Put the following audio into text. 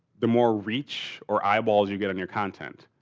the more reach or eyeballs you get on your content.